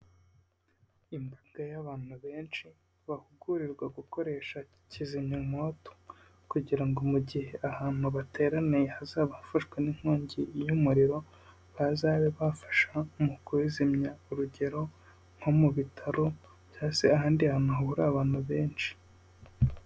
Imbaga y'abantu bensh, bahugurirwa gukoresha kizimyamwoto kugira ngo mu gihe ahantu bateraniye hazaba hafashwe n'inkongi y'umuriro, bazabe bafasha mu kuyizimya, urugero nko mu bitaro cyangwa se ahandi hantu hahurira abantu benshi.